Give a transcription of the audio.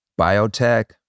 Biotech